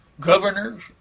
Governors